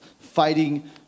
Fighting